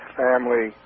family